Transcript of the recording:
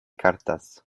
cartas